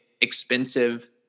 expensive